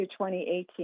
2018